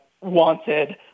wanted